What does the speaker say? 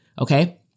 okay